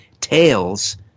tales